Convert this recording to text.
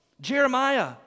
Jeremiah